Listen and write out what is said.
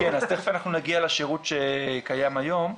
כן, אז תיכף אנחנו נגיע לשירות שקיים היום.